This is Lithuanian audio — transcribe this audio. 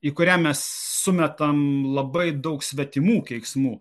į kurią mes sumetam labai daug svetimų keiksmų